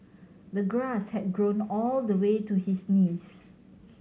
the grass had grown all the way to his knees